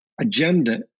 agenda